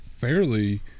fairly